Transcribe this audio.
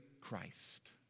Christ